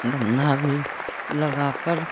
बंधा भी लगाकर